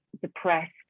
depressed